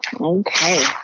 Okay